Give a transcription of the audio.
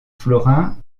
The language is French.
florins